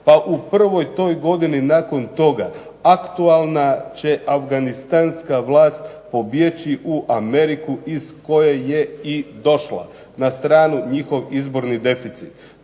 Pa u prvoj toj godini nakon toga aktualna će afganistanska vlast pobjeći u Ameriku iz koje je i došla. Na stranu njihov izborni deficit.